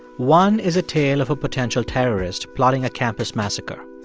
one is a tale of a potential terrorist plotting a campus massacre.